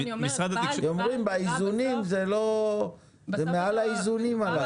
הם אומרים שזה מעל האיזונים.